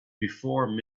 before